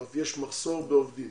ואף יש מחסור בעובדים.